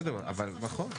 בסדר, נכון.